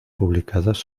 publicadas